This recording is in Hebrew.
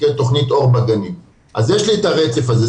כתכנית -- אז יש לי את הרצף הזה.